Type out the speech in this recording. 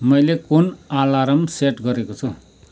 मैले कुन alarm set गरेको छु